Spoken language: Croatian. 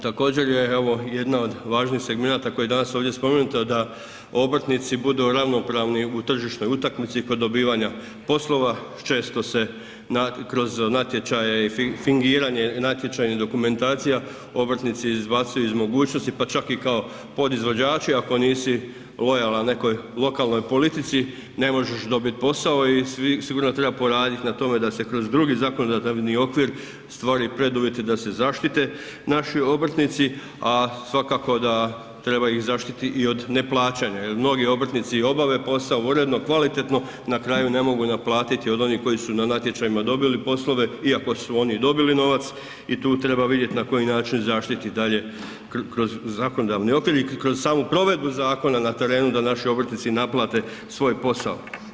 Također, evo, jedna od važnih segmenata koja je danas ovdje spomenuta da obrtnici budu ravnopravni u tržišnoj utakmici kod dobivanja poslova, često se kroz natječaje i fingiranje natječajnih dokumentacija obrtnici izbacuju iz mogućnosti, pa čak i kao podizvođači, ako nisi lokalan nekoj lokalnoj politici, ne možeš dobit posao i sigurno treba poraditi na tome da se kroz drugi zakonodavni okvir stvore preduvjeti da se zaštite naši obrtnici, a svakako da treba ih zaštiti i od neplaćanja jer mnogi obrtnici i obave posao i uredno kvalitetno, na kraju ne mogu naplatiti od onih koji su na natječajima dobili poslove iako su oni dobili novac i tu treba vidjeti na koji način zaštiti dalje kroz zakonodavni okvir i kroz samu provedbu zakona na terenu da naši obrtnici naplate svoj posao.